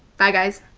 bye guys.